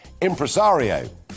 Impresario